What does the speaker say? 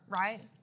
Right